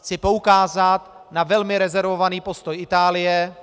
Chci poukázat na velmi rezervovaný postoj Itálie,